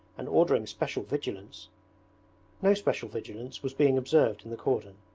and ordering special vigilance no special vigilance was being observed in the cordon.